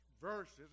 verses